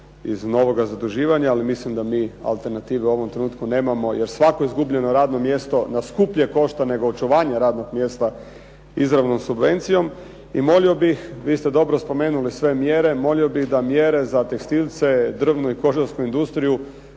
iz novoga zaduživanja, ali mislim da mi alternative u ovom trenutku nemamo, jer svako izgubljeno radno mjesto nas skuplje košta nego očuvanje radnog mjesta izravnom subvencijom. I molio bih, vi ste dobro spomenuli sve mjere, molio bih da mjere za tekstilce, drvnu i kožarsku industriju